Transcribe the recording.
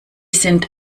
sind